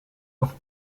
off